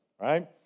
right